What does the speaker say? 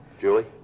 Julie